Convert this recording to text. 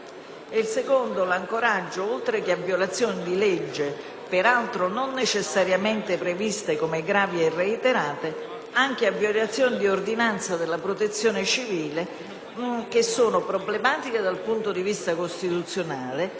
il secondo è l'ancoraggio oltre che a violazioni di legge, peraltro non necessariamente previste come gravi e reiterate, anche a violazioni di ordinanze della Protezione civile, che sono problematiche dal punto di vista costituzionale